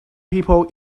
people